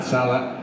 Salah